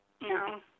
No